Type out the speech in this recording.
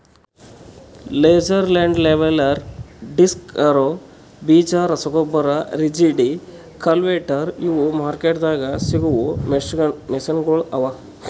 laser land leveller, disc harrow, ಬೀಜ ರಸಗೊಬ್ಬರ, rigid, cultivator ಇವು ಮಾರ್ಕೆಟ್ದಾಗ್ ಸಿಗವು ಮೆಷಿನಗೊಳ್ ಅವಾ